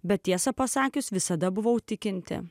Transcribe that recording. bet tiesa pasakius visada buvau tikinti